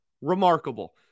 Remarkable